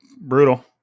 Brutal